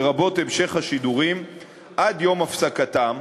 לרבות המשך השידורים עד יום הפסקתם.